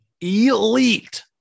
Elite